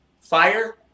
fire